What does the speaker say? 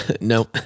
No